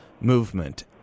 movement